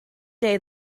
day